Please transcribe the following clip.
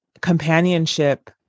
companionship